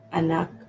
anak